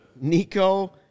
Nico